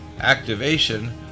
activation